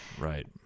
right